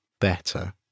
better